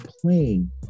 playing